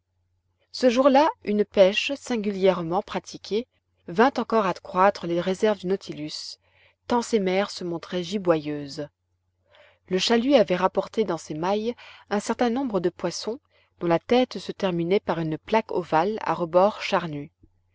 ce jour-là une pêche singulièrement pratiquée vint encore accroître les réserves du nautilus tant ces mers se montraient giboyeuses le chalut avait rapporté dans ses mailles un certain nombre de poissons dont la tête se terminait par une plaque ovale à rebords charnus